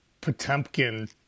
Potemkin